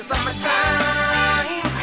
Summertime